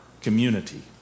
community